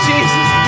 Jesus